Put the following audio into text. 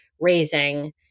raising